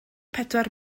pedwar